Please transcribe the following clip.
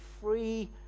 free